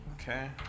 Okay